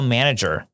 Manager